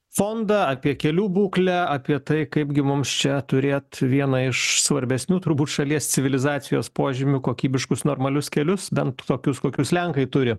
fondą apie kelių būklę apie tai kaipgi mums čia turėt vieną iš svarbesnių turbūt šalies civilizacijos požymių kokybiškus normalius kelius bent tokius kokius lenkai turi